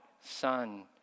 Son